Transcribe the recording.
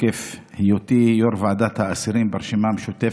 בתוקף היותי יו"ר ועדת האסירים ברשימה המשותפת,